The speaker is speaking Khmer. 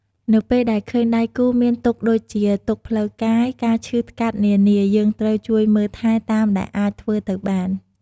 នៅពេលដែលឃើញដៃគូរមានទុក្ខដូចជា ទុក្ខផ្លូវកាយ ការឈឺស្កាត់នានាយើងត្រូវជួយមើលថែតាមដែលអាចធ្វើទៅបាន។